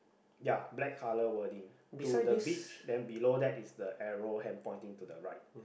ya black colour working to the beach then below that is the arrow hand pointing to the right